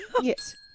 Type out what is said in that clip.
Yes